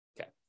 Okay